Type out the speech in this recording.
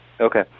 Okay